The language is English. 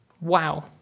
Wow